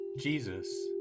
Jesus